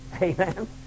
Amen